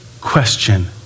question